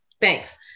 Thanks